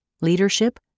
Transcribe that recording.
Leadership